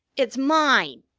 it's mine!